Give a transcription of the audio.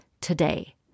today